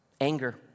Anger